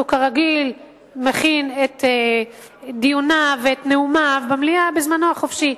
שהוא כרגיל מכין את דיוניו ואת נאומיו במליאה בזמנו החופשי,